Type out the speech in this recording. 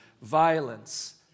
violence